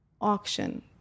auction